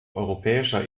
europäischer